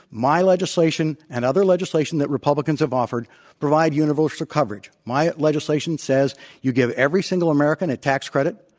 my legislation and other legislation that republicans have offered provide universal coverage. my legislation says you give every single american a tax credit.